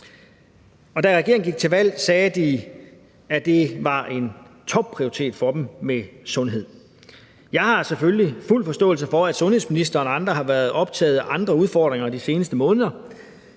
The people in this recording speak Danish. da regeringen gik til valg, sagde de, at det var en topprioritet for dem med sundhed. Jeg har selvfølgelig fuld forståelse for, at sundhedsministeren og andre har været optaget af andre udfordringer de seneste måneder,